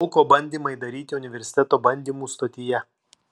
lauko bandymai daryti universiteto bandymų stotyje